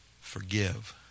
forgive